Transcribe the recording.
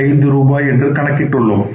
675 ரூபாய் என்று கணக்கிட்டு உள்ளோம்